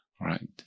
right